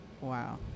Wow